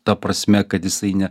ta prasme kad jisai ne